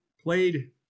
Played